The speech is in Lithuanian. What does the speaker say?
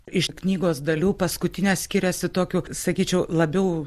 iš knygos dalių paskutinė skiriasi tokiu sakyčiau labiau